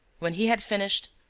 when he had finished,